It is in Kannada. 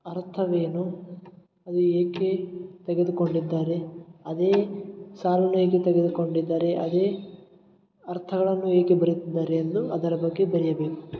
ಅರ್ಥವೇನು ಅದು ಏಕೆ ತೆಗೆದುಕೊಂಡಿದ್ದಾರೆ ಅದೇ ಸಾಲನ್ನು ಏಕೆ ತೆಗೆದುಕೊಂಡಿದ್ದಾರೆ ಅದೇ ಅರ್ಥಗಳನ್ನು ಏಕೆ ಬರೆಯುತ್ತಿದ್ದಾರೆ ಎಂದು ಅದರ ಬಗ್ಗೆ ಬರೆಯಬೇಕು